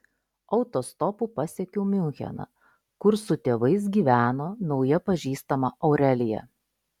autostopu pasiekiau miuncheną kur su tėvais gyveno nauja pažįstama aurelija